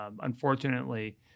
unfortunately